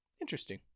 Interesting